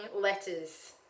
letters